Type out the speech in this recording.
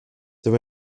there